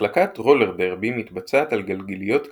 החלקת רולר דרבי מתבצעת על גלגיליות קלאסיות,